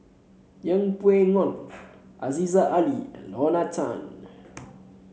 Yeng Pway Ngon Aziza Ali and Lorna Tan